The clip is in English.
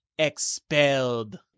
expelled